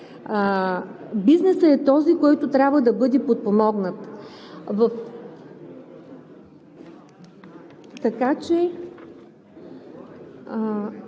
бизнесът е този, който трябва да бъде подпомогнат,